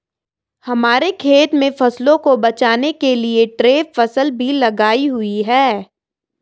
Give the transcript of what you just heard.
हमारे खेत में फसलों को बचाने के लिए ट्रैप फसल भी लगाई हुई है